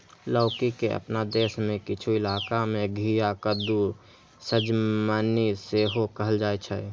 लौकी के अपना देश मे किछु इलाका मे घिया, कद्दू, सजमनि सेहो कहल जाइ छै